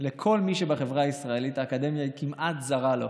לכל מי שבחברה הישראלית האקדמיה היא כמעט זרה לו.